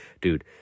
dude